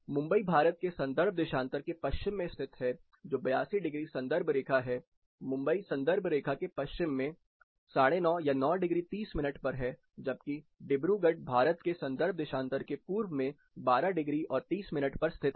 मुंबई भारत के संदर्भ देशांतर के पश्चिम में स्थित है जो 82 डिग्री संदर्भ रेखा है मुंबई संदर्भ रेखा के पश्चिम में 95 या 9 डिग्री 30 मिनट पर है जबकि डिब्रूगढ़ भारत के संदर्भ देशांतर के पूर्व में 12 डिग्री और 30 मिनट पर स्थित है